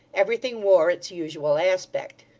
everything wore its usual aspect.